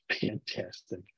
fantastic